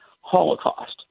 Holocaust